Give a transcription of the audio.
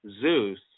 Zeus